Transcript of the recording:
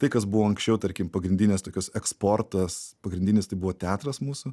tai kas buvo anksčiau tarkim pagrindinės tokios eksportas pagrindinis tai buvo teatras mūsų